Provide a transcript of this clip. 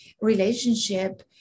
relationship